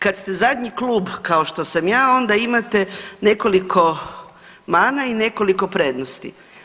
Kad ste zadnji klub kao što sam ja onda imate nekoliko mana i nekoliko prednosti.